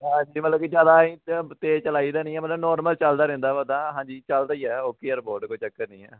ਹਾਂ ਜੇ ਮਤਲਬ ਕਿ ਜ਼ਿਆਦਾ ਅਸੀਂ ਤੇਜ਼ ਚਲਾਈ ਦਾ ਨਹੀਂ ਮਤਲਬ ਨੋਰਮਲ ਚਲਦਾ ਰਹਿੰਦਾ ਉਹ ਤਾਂ ਹਾਂਜੀ ਚਲਦਾ ਹੀ ਆ ਓਕੇ ਹੈ ਰਿਪੋਟ ਕੋਈ ਚੱਕਰ ਨਹੀਂ ਹੈ